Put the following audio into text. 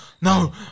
No